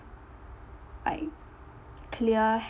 like clear